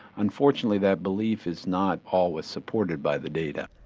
unfortunately that belief is not always supported by the data.